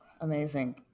Amazing